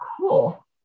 cool